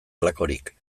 halakorik